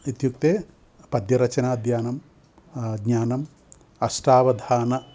इत्युक्ते पद्यरचनाद्यानं ज्ञानम् अष्टावधानम्